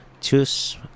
choose